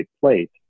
plate